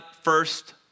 first